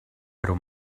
pero